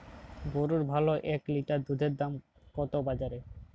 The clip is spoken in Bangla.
গরুর ভালো এক লিটার দুধের দাম কত বাজারে?